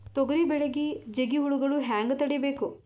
ತೊಗರಿ ಬೆಳೆಗೆ ಜಿಗಿ ಹುಳುಗಳು ಹ್ಯಾಂಗ್ ತಡೀಬೇಕು?